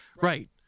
Right